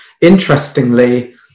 interestingly